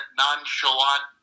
nonchalant